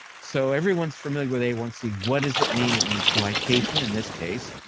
so everyone's familiar with a one c. what does it mean? it means glycation, in this case,